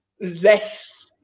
less